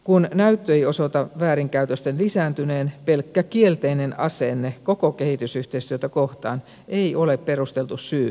kun näyttö ei osoita väärinkäytösten lisääntyneen pelkkä kielteinen asenne koko kehitysyhteistyötä kohtaan ei ole perusteltu syy kiristää valvontaa